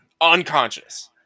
unconscious